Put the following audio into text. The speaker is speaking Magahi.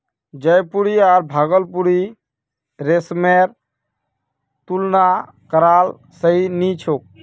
जयपुरी आर भागलपुरी रेशमेर तुलना करना सही नी छोक